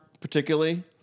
particularly